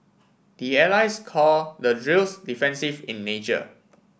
the allies call the drills defensive in nature